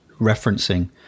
referencing